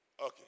Okay